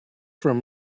from